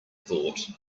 thought